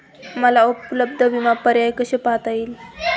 मला उपलब्ध विमा पर्याय कसे पाहता येतील?